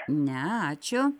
ne ačiū